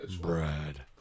Brad